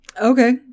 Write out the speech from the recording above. okay